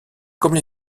comme